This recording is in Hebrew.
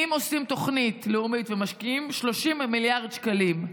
אם עושים תוכנית לאומית ומשקיעים 30 מיליארד שקלים,